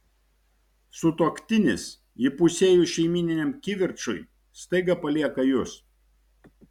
sutuoktinis įpusėjus šeiminiam kivirčui staiga palieka jus